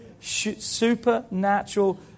Supernatural